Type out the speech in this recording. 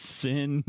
sin